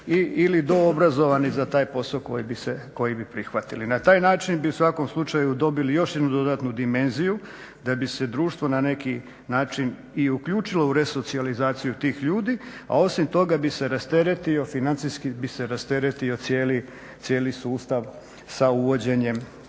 ili doobrazovani za taj posao koji bi prihvatili. Na taj način bi u svakom slučaju dobili još jednu dodatnu dimenziju, da bi se društvo na neki način i uključilo u resocijalizaciju tih ljudi, a osim toga bi se rasteretio financijski bi se rasteretio cijeli sustav sa uvođenjem